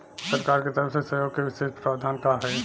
सरकार के तरफ से सहयोग के विशेष प्रावधान का हई?